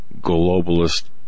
globalist